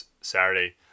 Saturday